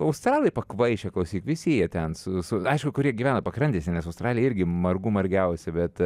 australai pakvaišę klausyk visi jie ten su su aišku kurie gyvena pakrantėse nes australija irgi margų margiausia bet